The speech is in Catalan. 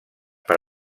per